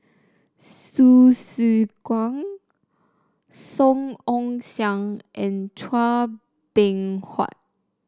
Hsu Tse Kwang Song Ong Siang and Chua Beng Huat